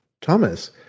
Thomas